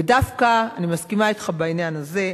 ודווקא אני מסכימה אתך בעניין הזה,